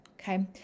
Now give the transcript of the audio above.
okay